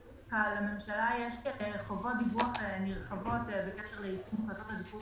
לממשלה יש חובות דיווח נרחבות בקשר ליישום החלטות עדיפות